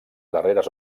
darreres